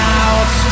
out